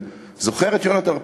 אני זוכר את יונתן פולארד.